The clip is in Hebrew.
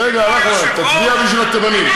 רגע, נחמן, תצביע בשביל התימנים.